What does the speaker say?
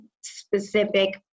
specific